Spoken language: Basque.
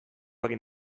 egin